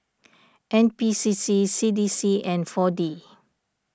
N P C C C D C and four D